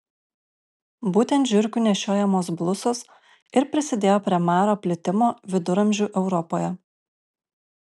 būtent žiurkių nešiojamos blusos ir prisidėjo prie maro plitimo viduramžių europoje